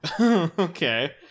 Okay